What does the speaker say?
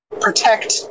protect